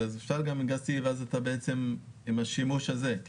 ואז אתה בעצם עם השימוש הזה.